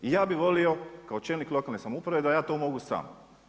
Ja bi volio kao čelnik lokalne samouprave da ja to mogu sam.